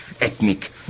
ethnic